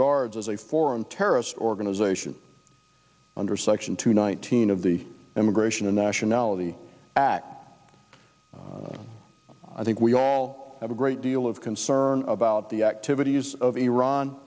guards as a foreign terrorist organization under section two nineteen of the immigration and nationality act i think we all have a great deal of concern about the activities of iran